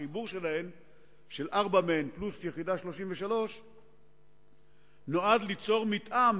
החיבור של ארבע מהן פלוס יחידה 33 נועד ליצור מתאם